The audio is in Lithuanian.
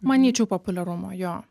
manyčiau populiarumo jo